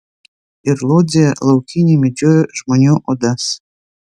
ir lodzėje laukiniai medžiojo žmonių odas